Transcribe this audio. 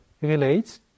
relates